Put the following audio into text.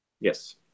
Yes